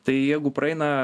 tai jeigu praeina